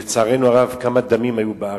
לצערנו הרב, כמה דמים היו בארץ.